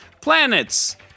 Planets